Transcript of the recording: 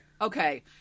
Okay